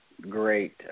great